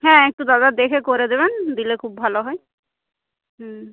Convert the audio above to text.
হ্যাঁ একটু দাদা দেখে করে দেবেন দিলে খুব ভালো হয় হুম